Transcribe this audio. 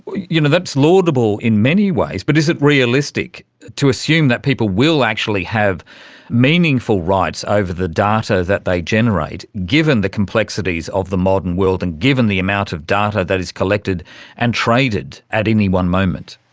you know that's laudable in many ways but is it realistic to assume that people will actually have meaningful rights over the data that they generate, given the complexities of the modern world and given the amount of data that is collected and traded at any one moment?